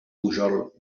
pujol